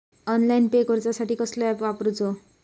Online pay करूचा साठी कसलो ऍप वापरूचो?